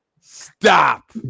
Stop